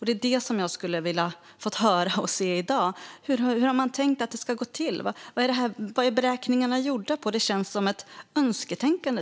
Det hade jag velat höra eller se i dag. Hur har man tänkt att det ska gå till? Vad är beräkningarna gjorda för? Det känns tyvärr som ett önsketänkande.